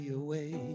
away